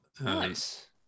Nice